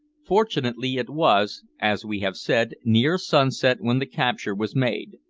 fortunately it was, as we have said, near sunset when the capture was made,